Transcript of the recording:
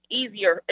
easier